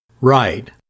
Right